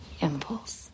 impulse